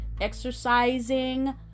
exercising